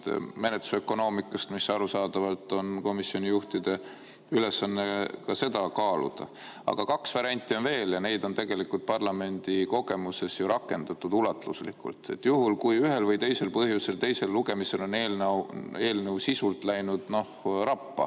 menetlusökonoomikast, mida arusaadavalt komisjonijuhid ka peavad kaaluma. Aga kaks varianti on veel ja neid on tegelikult parlamendi [praktikas] ju rakendatud ulatuslikult. Juhul kui ühel või teisel põhjusel teisel lugemisel on eelnõu sisult läinud rappa,